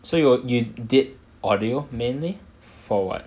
so you you did audio mainly for what